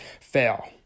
fail